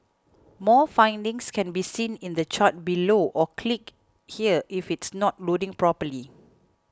more findings can be seen in the chart below or click here if it's not loading properly